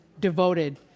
devoted